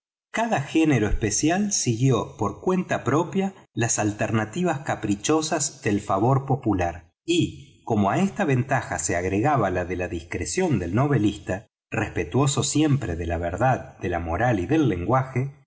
cada género especial siguió por cuenta pro i iipillp pía las alternativas caprichosas del favor popular y como á esta ventaja se agregaba la de la discreción del novelista respetuoso siempre de la vertid de la moral y del lenguaje